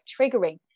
triggering